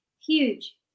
Huge